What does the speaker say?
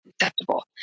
acceptable